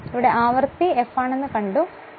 അതിനാൽ ആവൃത്തി f ആണ് ഇതൊരു ലളിതമായ തന്ത്രമാണ്